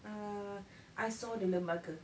err I saw the lembaga